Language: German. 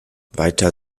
weiter